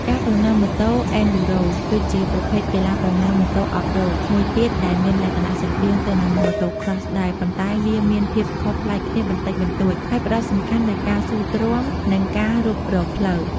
ការប្រណាំងម៉ូតូ អេនឌ្យូរ៉ូ (Enduro) គឺជាប្រភេទកីឡាប្រណាំងម៉ូតូ Off-road មួយទៀតដែលមានលក្ខណៈស្រដៀងទៅនឹង Motocross ដែរ ប៉ុន្តែវាមានភាពខុសប្លែកគ្នាបន្តិចបន្តួច ហើយផ្តោតសំខាន់លើការស៊ូទ្រាំ និងការរុករកផ្លូវ។